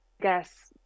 guess